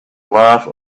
life